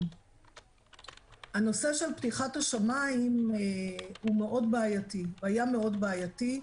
הנושא של פתיחת השמיים היה מאוד בעייתי.